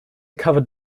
covered